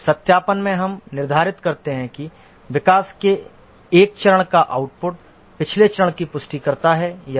सत्यापन में हम निर्धारित करते हैं कि विकास के एक चरण का आउटपुट पिछले चरण की पुष्टि करता है या नहीं